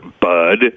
bud